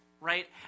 right